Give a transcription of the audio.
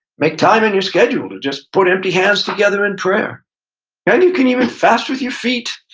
make time in your schedule to just put empty hands together in prayer and you can even fast with your feet.